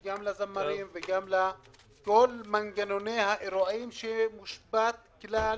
גם לזמרים ולכל מנגנון האירועים שמושבת כליל